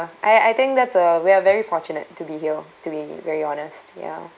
I I think that's a we're very fortunate to be here to be very honest ya